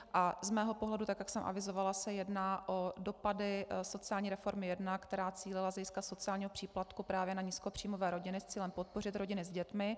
Z mého pohledu, tak jak jsem avizovala, se jedná o dopady sociální reformy jedna, která cílila z hlediska sociálního příplatku právě na nízkopříjmové rodiny s cílem podpořit rodiny s dětmi.